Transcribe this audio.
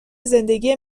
زندگی